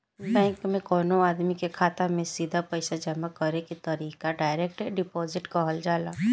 bank में कवनो आदमी के खाता में सीधा पईसा जामा करे के तरीका डायरेक्ट डिपॉजिट कहल जाला